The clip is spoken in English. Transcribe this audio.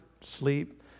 sleep